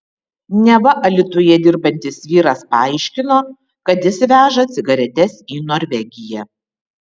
neva alytuje dirbantis vyras paaiškino kad jis veža cigaretes į norvegiją